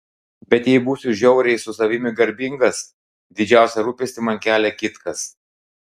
bet jei būsiu žiauriai su savimi garbingas didžiausią rūpestį man kelia kitkas